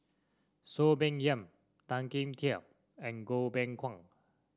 Soon Peng Yam Tan Kim Tian and Goh Beng Kwan